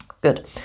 Good